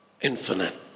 infinite